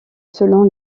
selon